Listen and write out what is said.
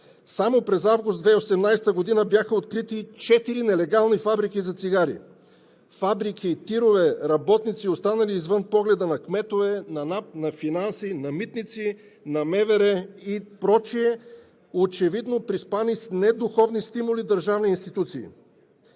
Само през август 2018 г. бяха открити четири нелегални фабрики за цигари. Фабрики, тирове, работници, останали извън погледа на кметове, на НАП, на финанси, на митници, на МВР и прочие, очевидно приспани с недуховни стимули държавни институции.